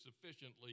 sufficiently